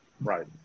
right